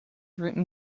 written